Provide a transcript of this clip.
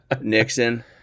Nixon